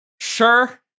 Sure